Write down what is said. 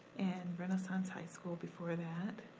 and renaissance high school before that.